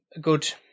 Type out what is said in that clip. good